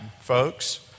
folks